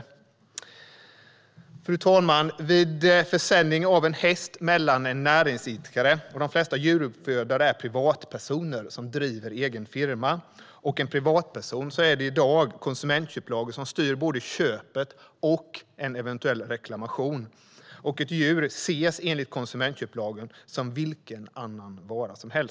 Fru talman! Vid försäljning av en häst mellan en näringsidkare - de flesta djuruppfödare är privatpersoner, som driver egen firma - och en privatperson är det i dag konsumentköplagen som styr både köpet och en eventuell reklamation. Ett djur ses enligt konsumentköplagen som vilken annan vara som helst.